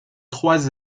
trois